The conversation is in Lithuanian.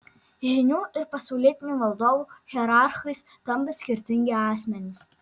žynių ir pasaulietinių valdovų hierarchais tampa skirtingi asmenys